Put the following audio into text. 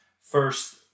First